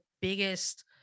biggest